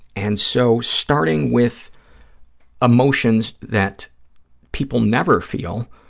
and so, starting with emotions that people never feel,